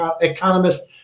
economists